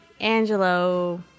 Angelo